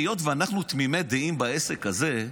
היות שאנחנו תמימי דעים בעסק הזה,